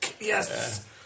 yes